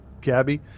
Gabby